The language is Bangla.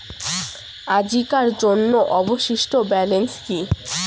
আজিকার জন্য অবশিষ্ট ব্যালেন্স কি?